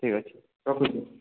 ଠିକ ଅଛି ରଖୁଛି